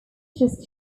just